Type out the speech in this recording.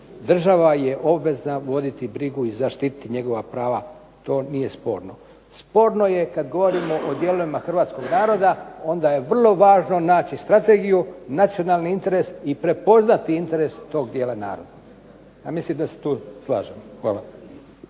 država je obvezna voditi brigu i zaštititi njegova prava, to nije sporno. Sporno je kad govorimo o dijelovima hrvatskog naroda, onda je vrlo važno naći strategiju, nacionalni interes, i prepoznati interes tog dijela naroda. Ja mislim da se tu slažemo. Hvala.